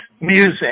music